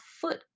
foot